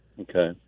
Okay